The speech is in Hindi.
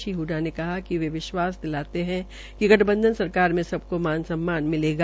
श्री हडडा ने कहा कि वे विश्वास दिलाते है कि गठबंधन सरकार में सबको मान सम्मान मिलेगा